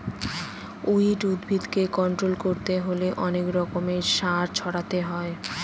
weed উদ্ভিদকে control করতে হলে অনেক রকমের সার ছড়াতে হয়